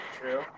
True